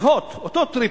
ב"הוט", אותו טריפל,